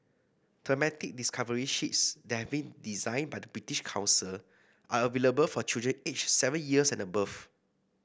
thematic discovery sheets that have been designed by the British Council are available for children aged seven years and above